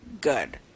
good